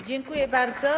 Dziękuję bardzo.